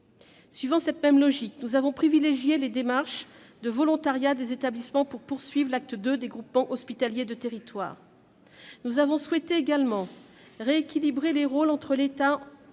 Selon la même logique, nous avons privilégié les démarches de volontariat des établissements pour poursuivre l'acte II des groupements hospitaliers de territoire. Nous avons souhaité également rééquilibrer les rôles de l'État et